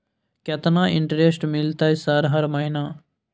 केतना इंटेरेस्ट मिलते सर हर महीना?